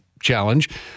challenge